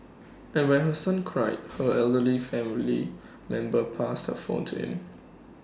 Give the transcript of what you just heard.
and when her son cried her elderly family member passed her phone to him